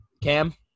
Cam